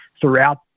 throughout